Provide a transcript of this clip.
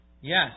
Yes